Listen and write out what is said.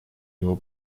его